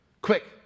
quick